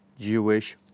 Jewish